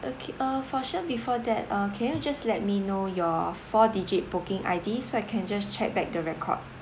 okay uh for sure before that uh can you just let me know your four digit booking I_D so I can just check back the record